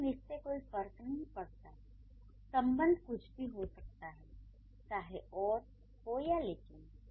लेकिन इससे कोई फर्क नहीं पड़ता संबध कुछ भी हो सकता है चाहे और हो या लेकिन